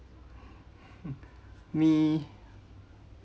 me